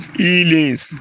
healings